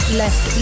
left